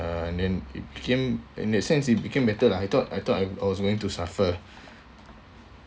uh and then became in that sense it became better lah I thought I thought I was going to suffer